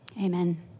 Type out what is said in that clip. Amen